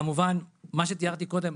כמובן שמה שתיארתי קודם,